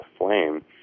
aflame